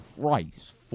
Christ